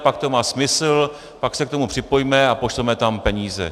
Pak to má smysl, pak se k tomu připojíme a pošleme tam peníze.